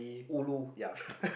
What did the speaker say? ulu